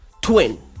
twin